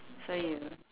so you